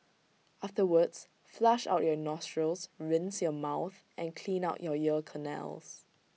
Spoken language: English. afterwards flush out your nostrils rinse your mouth and clean out you ear canals